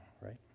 right